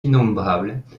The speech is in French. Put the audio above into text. innombrables